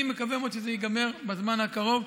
אני מקווה מאוד שזה ייגמר בזמן הקרוב.